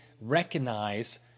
recognize